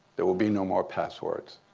there will be no more passwords.